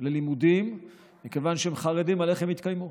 ללימודים מכיוון שהם חרדים איך הם יתקיימו.